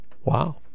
wow